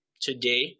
today